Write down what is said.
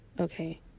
okay